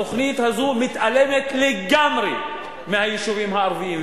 התוכנית הזו מתעלמת לגמרי מהיישובים הערביים,